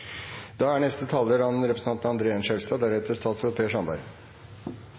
Da er neste taler